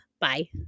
Bye